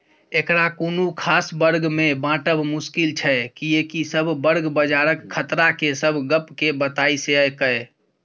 एकरा कुनु खास वर्ग में बाँटब मुश्किल छै कियेकी सब वर्ग बजारक खतरा के सब गप के बताई सकेए